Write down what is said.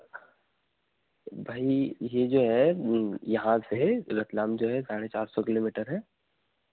भाई यह जो है यहाँ से रतलाम जो है साढ़े चार सौ किलोमीटर है